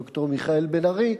ד"ר מיכאל בן-ארי,